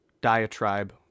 diatribe